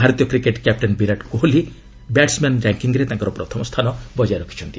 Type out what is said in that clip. ଭାରତୀୟ cricket captain Virat Kohli batsman ର୍ୟାଙ୍କିଙ୍ଗ୍ରେ ତାଙ୍କର ପ୍ରଥମ ସ୍ଥାନ ବଜାୟ ରଖିଛନ୍ତି